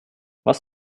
was